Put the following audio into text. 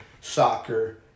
soccer